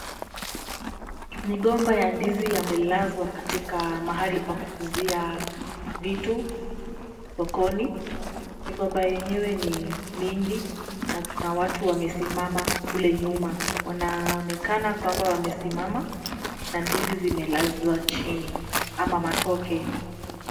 Migomba ya ndizi yamelazwa katika mahali pa kuuzia vitu sokoni. Migomba yenyewe ni mingi na watu wamesimama kule nyuma. Wanaonekana kwamba wamesimama na ndizi zimelazwa chini ama matoke .